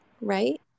right